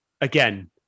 again